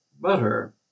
butter